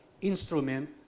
instrument